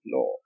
law